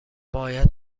باید